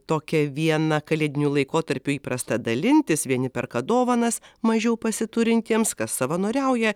tokią vieną kalėdiniu laikotarpiu įprasta dalintis vieni perka dovanas mažiau pasiturintiems kas savanoriauja